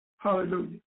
hallelujah